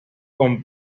con